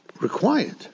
required